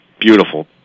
Beautiful